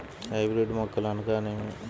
Hybrid మొక్కలు అనగానేమి?